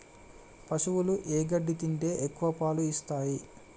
పశువులు ఏ గడ్డి తింటే ఎక్కువ పాలు ఇస్తాయి?